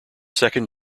second